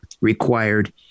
required